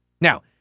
Now